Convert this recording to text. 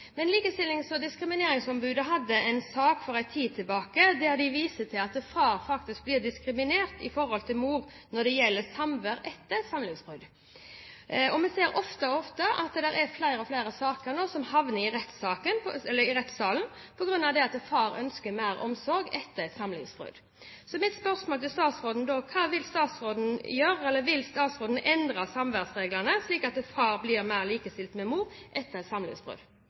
Men Likestillings- og diskrimineringsombudet hadde en sak for en tid tilbake der de viste til at far faktisk blir diskriminert i forhold til mor når det gjelder samvær etter samlivsbrudd. Vi ser oftere og oftere at flere og flere saker havner i rettssalen på grunn av at far ønsker mer omsorg etter et samlivsbrudd. Mitt spørsmål til statsråden er: Hva vil statsråden gjøre? Vil statsråden endre samværsreglene slik at far blir mer likestilt med mor etter